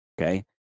Okay